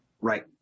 Right